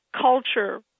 culture